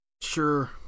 Sure